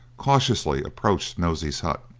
cautiously approached nosey's hut.